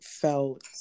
felt